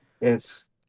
Yes